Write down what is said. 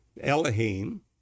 Elohim